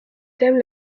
thème